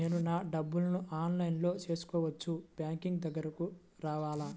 నేను నా డబ్బులను ఆన్లైన్లో చేసుకోవచ్చా? బ్యాంక్ దగ్గరకు రావాలా?